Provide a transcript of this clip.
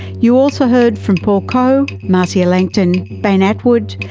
you also heard from paul coe, marcia langton, bain attwood,